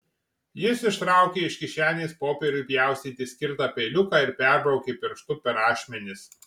jis ištraukė iš kišenės popieriui pjaustyti skirtą peiliuką ir perbraukė pirštu per ašmenis